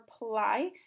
reply